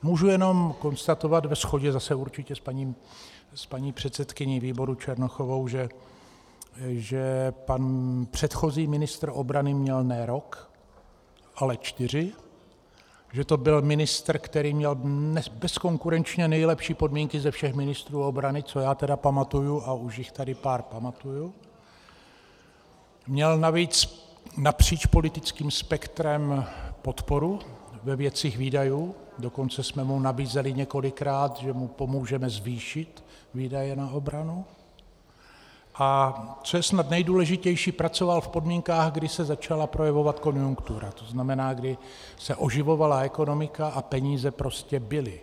Můžu jenom konstatovat ve shodě zase určitě s paní předsedkyní výboru Černochovou, že pan předchozí ministr obrany měl ne rok, ale čtyři, že to byl ministr, který měl bezkonkurenčně nejlepší podmínky ze všech ministrů obrany, co já tedy pamatuji, a už jich tady pár pamatuji, měl navíc napříč politickým spektrem podporu ve věci výdajů, dokonce jsme mu nabízeli několikrát, že mu pomůžeme zvýšit výdaje na obranu, a co je snad nejdůležitější, pracoval v podmínkách, kdy se začala projevovat konjunktura, to znamená, kdy se oživovala ekonomika a peníze prostě byly.